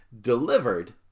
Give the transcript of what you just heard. delivered